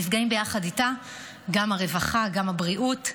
נפגעים ביחד איתה גם הרווחה וגם הבריאות,